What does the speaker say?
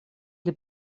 для